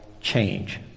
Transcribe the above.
change